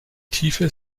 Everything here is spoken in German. tiefe